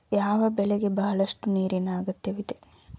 ಯಾವ ಬೆಳೆಗೆ ಬಹಳಷ್ಟು ನೀರಿನ ಅಗತ್ಯವಿದೆ?